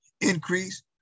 increase